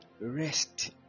Rest